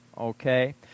Okay